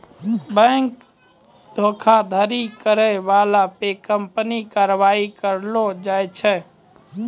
bank धोखाधड़ी करै बाला पे कानूनी कारबाइ करलो जाय छै